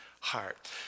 heart